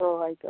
ഓ ആയിക്കോട്ടെ